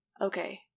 Okay